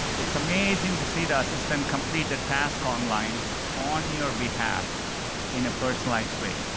it's amazing to see the assistant complete a task online on your behalf in a personalized way.